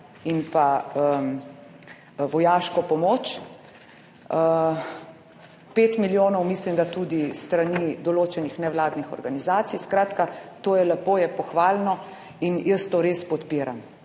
in pa vojaško pomoč 5 milijonov, mislim, da tudi s strani določenih nevladnih organizacij, skratka, to je lepo, je pohvalno in jaz to res podpiram,